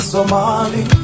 Somali